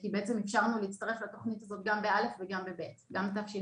כי בעצם אפשרנו להצטרף לתוכנית גם בתשפ"א וגם בתשפ"ב.